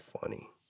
funny